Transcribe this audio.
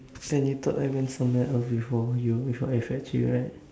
then you thought I went somewhere else before you before I fetch you right